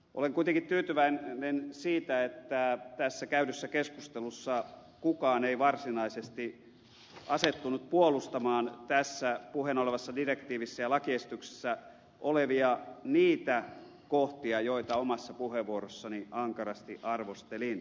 olen kuitenkin tyytyväinen siitä että tässä käydyssä keskustelussa kukaan ei varsinaisesti asettunut puolustamaan tässä puheena olevassa direktiivissä ja lakiesityksessä olevia niitä kohtia joita omassa puheenvuorossani ankarasti arvostelin